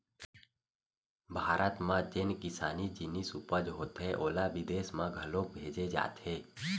भारत म जेन किसानी जिनिस उपज होथे ओला बिदेस म घलोक भेजे जाथे